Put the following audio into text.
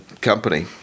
company